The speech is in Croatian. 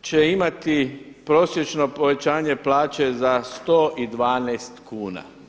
će imati prosječno povećanje plaće za 112 kuna.